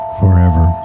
forever